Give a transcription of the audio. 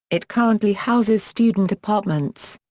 it currently houses student apartments.